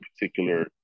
particular